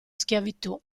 schiavitù